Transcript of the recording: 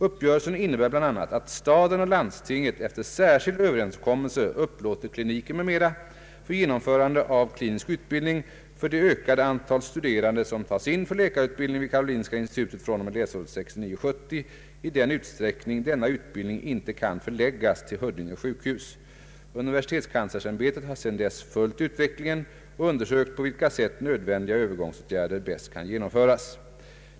Uppgörelsen innebär bl.a. att staden och landstinget efter särskild överenskommelse upplåter kliniker m.m. för genomförande av klinisk utbildning för det ökade antal studerande som tas in för läkarutbild ning vid Karolinska institutet fr.o.m. läsåret 1960/70 i den utsträckning denna utbildning inte kan förläggas till Huddinge sjukhus. Universitetskanslersämbetet har sedan dess följt utvecklingen och undersökt på vilka sätt nödvändiga övergångsåtgärder bäst kan genomföras.